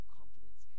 confidence